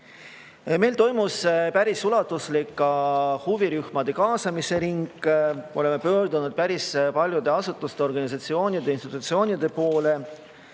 Meil toimus päris ulatuslik huvirühmade kaasamise ring. Oleme pöördunud päris paljude asutuste, organisatsioonide ja institutsioonide poole.